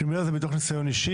אני אומר את זה מתוך ניסיון אישי.